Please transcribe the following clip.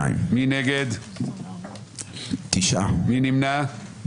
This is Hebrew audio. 9 נגד, 1 נמנע.